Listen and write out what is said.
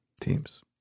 teams